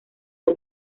del